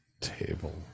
table